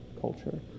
culture